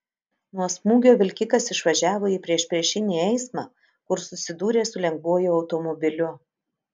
nuo smūgio vilkikas išvažiavo į priešpriešinį eismą kur susidūrė su lengvuoju automobiliu